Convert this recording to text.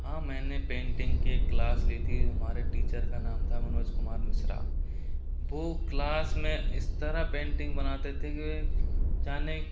हाँ मैंने पेंटिंग के क्लास ली थी हमारे टीचर का नाम था मनोज कुमार मिश्रा वो क्लास में इस तरह पेंटिंग बनाते थे कि जाने